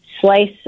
slice